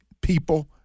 people